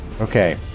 Okay